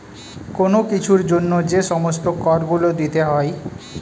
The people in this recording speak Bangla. কোন কিছুর জন্য যে সমস্ত কর গুলো দিতে হয়